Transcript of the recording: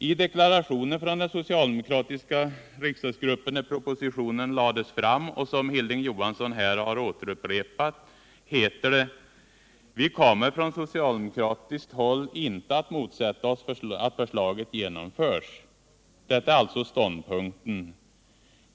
När propositionen lades fram gjorde den socialdemokratiska riksdagsgruppen en deklaration — som Hilding Johansson här har upprepat — där det heter: ”Vi kommer från socialdemokratiskt håll inte att motsätta oss att förslaget genomförs.” Detta är alltså ståndpunkten.